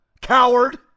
coward